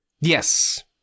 Yes